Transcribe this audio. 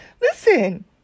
listen